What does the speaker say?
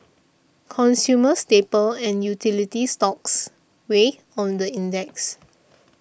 consumer staple and utility stocks weighed on the index